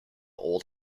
old